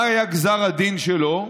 מה היה גזר הדין שלו,